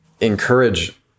encourage